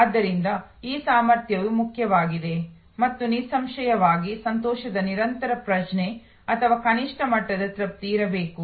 ಆದ್ದರಿಂದ ಈ ಸಾಮರ್ಥ್ಯವು ಮುಖ್ಯವಾಗಿದೆ ಮತ್ತು ನಿಸ್ಸಂಶಯವಾಗಿ ಸಂತೋಷದ ನಿರಂತರ ಪ್ರಜ್ಞೆ ಅಥವಾ ಕನಿಷ್ಠ ಮಟ್ಟದ ತೃಪ್ತಿ ಇರಬೇಕು